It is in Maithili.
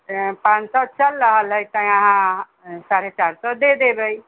तैँ पाँच सए चलि रहल हइ तैँ अहाँ साढ़े चारि सए दऽ देबै